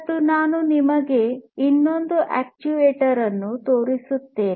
ಮತ್ತು ನಾನು ನಿಮಗೆ ಇನ್ನೊಂದು ಅಕ್ಚುಯೇಟರ್ ಅನ್ನು ತೋರಿಸುತ್ತೇನೆ